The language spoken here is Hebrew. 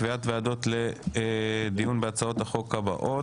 קביעת ועדות לדיון בהצעות החוק הבאות,